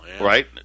Right